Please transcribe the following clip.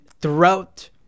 throughout